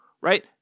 right